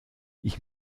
ich